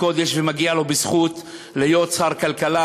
קודש ומגיע לו בזכות להיות שר כלכלה.